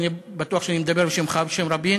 אני בטוח שאני מדבר בשמך ובשם רבים,